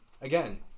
again